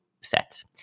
sets